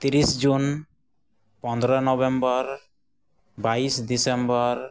ᱛᱤᱨᱤᱥ ᱡᱩᱱ ᱯᱚᱱᱫᱨᱚ ᱱᱚᱵᱷᱮᱢᱵᱚᱨ ᱵᱟᱭᱤᱥ ᱰᱤᱥᱮᱢᱵᱚᱨ